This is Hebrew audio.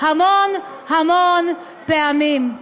המון המון פעמים.